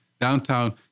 Downtown